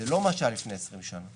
זה לא מה שהיה לפני 20 שנה.